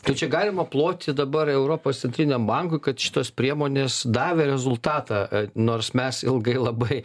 tai čia galima ploti dabar europos centriniam bankui kad šitos priemonės davė rezultatą nors mes ilgai labai